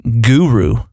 guru